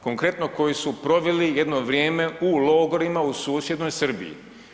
Konkretno, koji su proveli jedno vrijeme u logorima u susjednoj Srbiji.